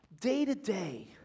day-to-day